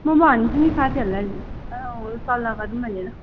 म भन्छु नि साथीहरूलाई ए होस सल्लाह गरौँ भनेर